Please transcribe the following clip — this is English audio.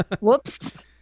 Whoops